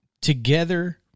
together